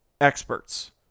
experts